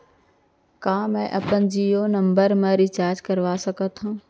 का मैं अपन जीयो नंबर म रिचार्ज कर सकथव?